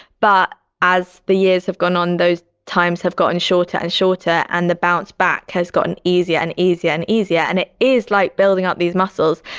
but as the years have gone on, those times have gotten shorter and shorter and the bounce back has gotten easier and easier and easier. and it is like building up these muscles.